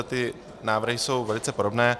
Ty návrhy jsou velice podobné.